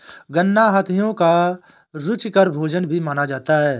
गन्ना हाथियों का रुचिकर भोजन भी माना जाता है